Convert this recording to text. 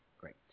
Great